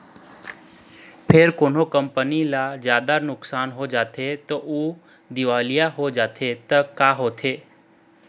फेर कोनो कंपनी ल जादा नुकसानी हो जाथे अउ दिवालिया हो जाथे त का होथे?